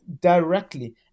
directly